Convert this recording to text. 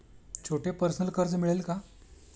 छोटे पर्सनल कर्ज मिळेल का?